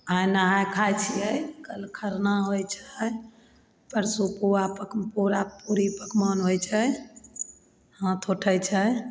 आइ नहाय खाय छियै कल खरना होइ छै परसू पुआ पक पूरा पूरी पकवान होइ छै हाथ उठय छै